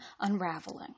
unraveling